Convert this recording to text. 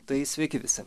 tai sveiki visi